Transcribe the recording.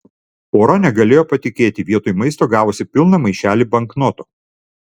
pora negalėjo patikėti vietoj maisto gavusi pilną maišelį banknotų